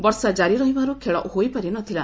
ବର୍ଷା ଜାରି ରହିବାରୁ ଖେଳ ହୋଇପାରି ନଥିଲା